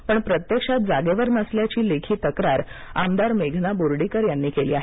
पण ती प्रत्यक्षात जागेवर नसल्याची लेखी तक्रार आमदार मेघना बोर्डीकर यांनी केली आहे